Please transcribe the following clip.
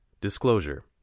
Disclosure